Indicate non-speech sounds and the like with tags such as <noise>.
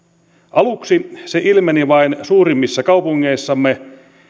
aluksi <unintelligible> se ilmeni vain suurimmissa kaupungeissamme